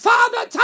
Father